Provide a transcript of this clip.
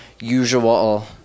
usual